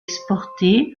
exporté